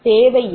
2084 0